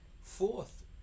Fourth